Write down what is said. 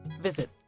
visit